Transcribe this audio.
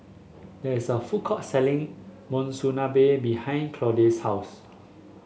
there is a food court selling Monsunabe behind Claude's house